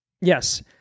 Yes